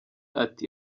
ati